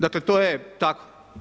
Dakle, to je tako.